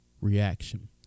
reaction